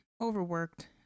overworked